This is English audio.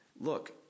Look